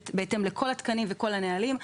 בהתאם לכל התקנים והנהלים.